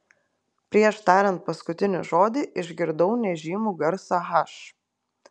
prieš tariant paskutinį žodį išgirdau nežymų garsą h